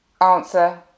answer